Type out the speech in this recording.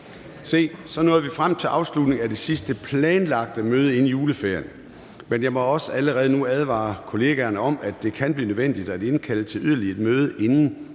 Så nåede vi frem til afslutningen på det sidste planlagte møde inden juleferien. Men jeg må også allerede nu advare kollegaerne om, at det kan blive nødvendigt at indkalde til yderligere et møde inden jul,